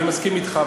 אני מסכים אתך,